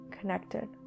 connected